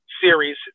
series